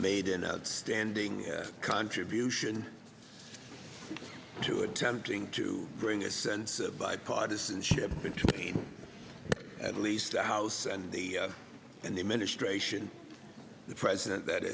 made an outstanding contribution to attempting to bring a sense of bipartisanship into at least the house and the and the administration the president that